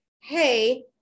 hey